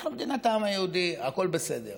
אנחנו מדינת העם היהודי, הכול בסדר.